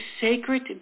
sacred